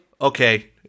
okay